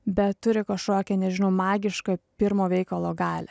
bet turi kažkokią nežinau magišką pirmo veikalo galią